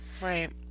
Right